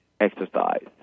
exercise